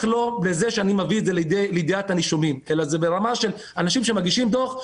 לא ברמה שאני מביא לידיעת הנישומים אלא זה ברמה של אנשים שמגישים דוח,